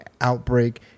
outbreak